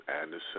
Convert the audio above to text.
Anderson